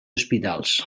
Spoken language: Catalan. hospitals